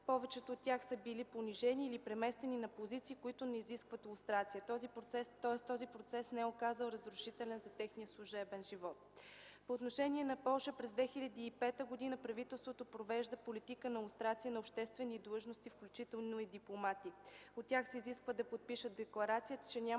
Повечето от тях са били понижени или преместени на позиции, които не изискват лустрация. Тоест този процес не се е оказал разрушителен за техния служебен живот. По отношение на Полша през 2005 г. правителството провежда политика на лустрация на обществени длъжности, включително и дипломати. От тях се изисква да подпишат декларация, че нямат